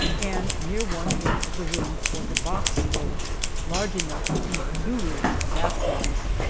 and near one end of the room was a box stove large enough to heat two rooms of that size.